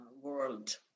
world